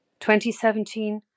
2017